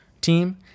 team